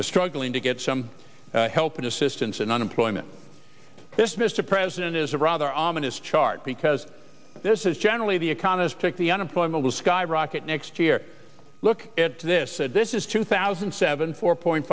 been struggling to get some help and assistance and unemployment this mr president is a rather ominous chart because this is generally the economists pick the unemployment will skyrocket next year look at this this is two thousand and seven four point